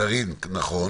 קארין, נכון.